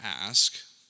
ask